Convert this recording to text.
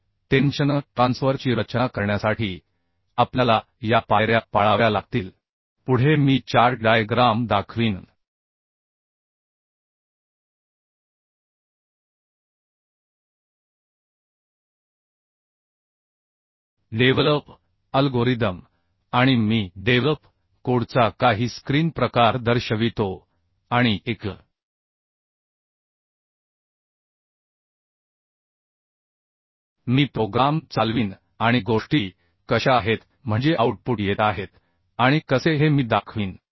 तर टेन्शनं ट्रान्सफर ची रचना करण्यासाठी आपल्याला या पायऱ्या पाळाव्या लागतील पुढे मी चार्टडायग्राम दाखवीन डेव्हलप अल्गोरिदम आणि मी डेव्हलप कोडचा काही स्क्रीन प्रकार दर्शवितो आणि एक मी प्रोग्राम चालवीन आणि गोष्टी कशा आहेत म्हणजे आऊटपुट येत आहेत आणि कसे हे मी दाखवीन